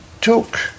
took